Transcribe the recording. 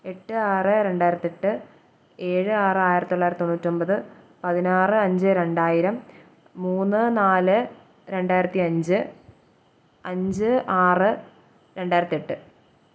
എട്ട് ആറ് രണ്ടായിരത്തെട്ട് ഏഴ് ആറായിരത്തി തൊള്ളായിരത്തി തൊണ്ണൂറ്റൊൻപത് പതിനാറ് അഞ്ച് രണ്ടായിരം മൂന്ന് നാല് രണ്ടായിരത്തിയഞ്ച് അഞ്ച് ആറ് രണ്ടായിരത്തെട്ട്